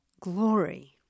Glory